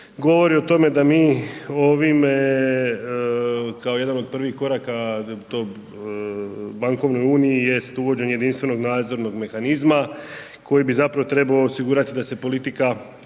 govori o tome da mi ovime kao jedan od prvih koraka da to bankovnoj uniji jest uvođenje jedinstvenog nadzornog mehanizma koji bi zapravo trebao osigurati da se politika